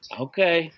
okay